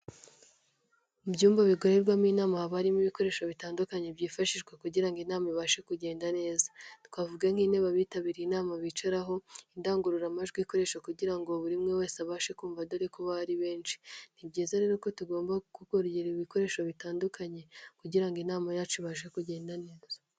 Mu byumba bikorerwamo inama ha barimo ibikoresho bitandukanye byifashishwa kugira inama ibashe kugenda neza. Twavuga nk'intebe abitabiriye inama bicaraho, indangururamajwi ikoreshwa kugira ngo buri umwe wese abashe kumva dore ko ari benshi. Ni byiza rero ko tugomba kongera ibikoresho bitandukanye kugira inama yacu ibashe kugenda neza.